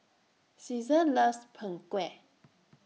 Ceasar loves Png Kueh